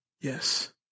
Yes